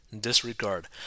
Disregard